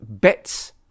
bits